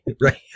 Right